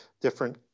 different